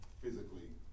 physically